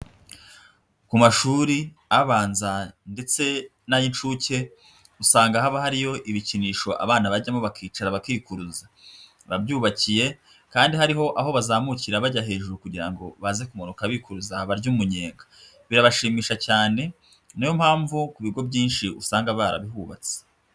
Ku mashuri abanza ndetse n'ay'incuke, usanga haba hariyo ibikinisho abana bajyamo bakicara bakikuruza, biba byubakiye kandi hariho aho bazamukira bajya hejuru kugira ngo baze kumanuka bikuruza barye umunyenga, birabashimisha cyane niyo mpamvu ku bigo byinshi usanga barabihubatse.